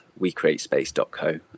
WeCreateSpace.co